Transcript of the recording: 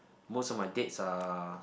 most of my dates are